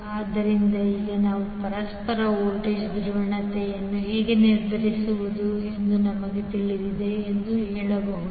ಆದ್ದರಿಂದ ಈಗ ನಾವು ಪರಸ್ಪರ ವೋಲ್ಟೇಜ್ನ ಧ್ರುವೀಯತೆಯನ್ನು ಹೇಗೆ ನಿರ್ಧರಿಸುವುದು ಎಂದು ನಮಗೆ ತಿಳಿದಿದೆ ಎಂದು ಹೇಳಬಹುದು